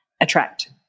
attract